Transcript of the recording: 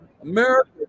America